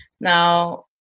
Now